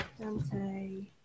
Dante